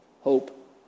hope